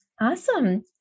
Awesome